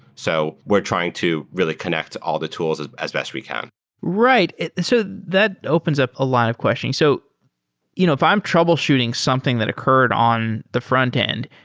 so we're trying to really connect all the tools as as best we can right. so that opens up a lot of questions. so you know if i'm troubleshooting something that occurred on the frontend,